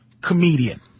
comedian